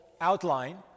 outline